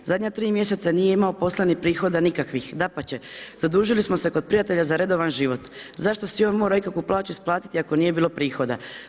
Zadnja tri mjeseca nije imao posla ni prihoda nikakvih, dapače, zadužili smo se kod prijatelja za redovan život, zašto si je on morao ikakvu plaću isplatiti ako nije bilo prihoda?